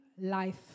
life